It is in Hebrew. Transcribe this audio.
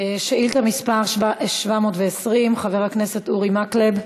שאילתה מס' 720, של חבר הכנסת אורי מקלב: